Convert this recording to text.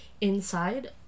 inside